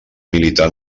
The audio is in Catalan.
militar